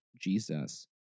Jesus